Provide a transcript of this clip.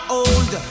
old